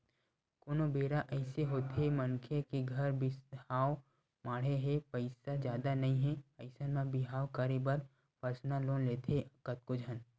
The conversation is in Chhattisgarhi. कोनो बेरा अइसे होथे मनखे के घर बिहाव माड़हे हे पइसा जादा नइ हे अइसन म बिहाव करे बर परसनल लोन लेथे कतको झन